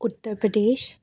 Uttar Pradesh